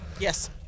Yes